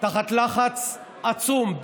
תחת לחץ עצום,